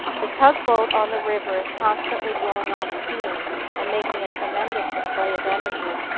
the tug-boat on the river is constantly blowing off steam and making a tremendous display of energy,